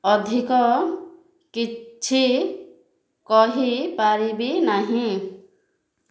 ଅଧିକ କିଛି କହିପାରିବି ନାହିଁ